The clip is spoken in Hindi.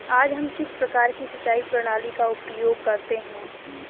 आज हम किस प्रकार की सिंचाई प्रणाली का उपयोग करते हैं?